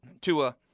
Tua